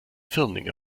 firmlinge